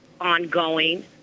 ongoing